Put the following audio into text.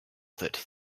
that